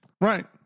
Right